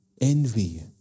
Envy